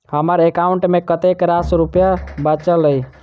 हम्मर एकाउंट मे कतेक रास रुपया बाचल अई?